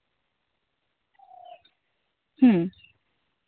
ᱦᱩᱸ